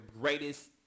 greatest